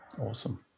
Awesome